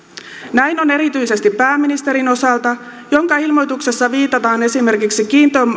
näin on erityisesti pääministerin osalta jonka ilmoituksessa viitataan esimerkiksi